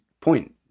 point